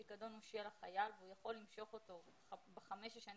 הפיקדון הוא של החייל והוא יכול למשוך אותו בחמש השנים